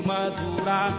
Madura